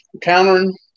countering